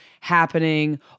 happening